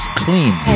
clean